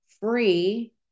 free